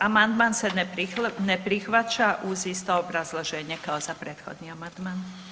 Amandman se ne prihvaća uz isto obrazloženje kao za prethodni amandman.